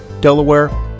Delaware